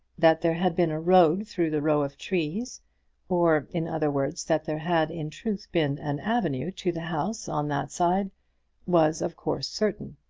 that there had been a road through the rows of trees or, in other words, that there had in truth been an avenue to the house on that side was, of course, certain.